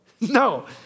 No